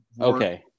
okay